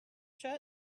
shut